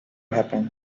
happen